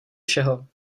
všeho